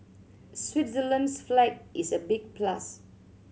Switzerland's flag is a big plus